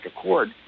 Accord